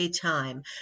time